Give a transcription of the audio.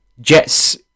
Jets